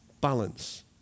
balance